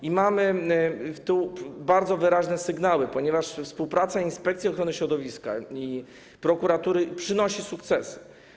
I mamy tu bardzo wyraźne sygnały, ponieważ współpraca Inspekcji Ochrony Środowiska i prokuratury przynosi sukcesy.